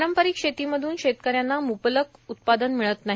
पारंपारिक शेतीमधून शेतकऱ्यांना मुबलक उत्पादन मिळत नाही